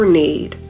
need